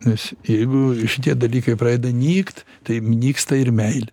nes jeigu šitie dalykai pradeda nykt tai nyksta ir meilė